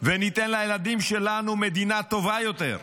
וניתן לילדים שלנו מדינה טובה יותר.